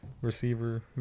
receiver